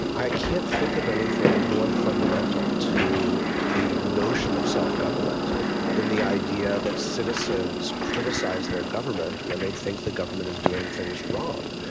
and i can't think of anything more fundamental to the notion of self-government than the idea that citizens criticize their government when they think the government is doing things wrong.